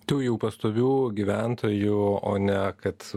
tų jau pastovių gyventojų o ne kad